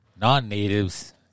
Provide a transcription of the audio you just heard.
non-natives